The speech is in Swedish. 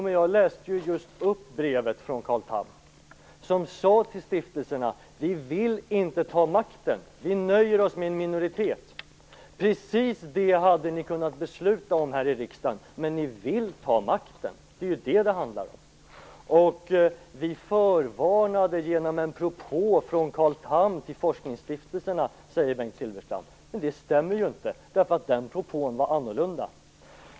Men jag läste ju just upp brevet från Carl Tham till stiftelserna där han sade: Vi vill in ta makten. Vi nöjer oss med en minoritet. Precis det hade ni kunnat besluta om här i riksdagen, men ni vill ta makten. Det är vad det handlar om. Bengt Silfverstrand säger: Vi förvarnade om det här genom en propå från Carl Tham till forskningsstiftelserna. Men det stämmer inte, den propån var annorlunda.